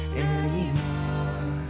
anymore